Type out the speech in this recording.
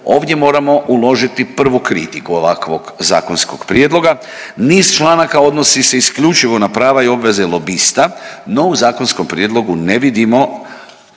ovdje moramo uložiti prvu kritiku ovakvog zakonskog prijedloga. Niz članaka odnosi se isključivo na prava i obveze lobista, no u zakonskom prijedlogu ne vidimo